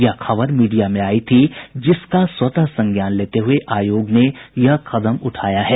यह खबर मीडिया मे आयी थी जिसका स्वतः संज्ञान लेते हुए आयोग ने यह कदम उठाया है